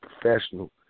professional